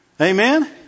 Amen